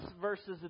versus